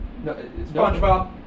SpongeBob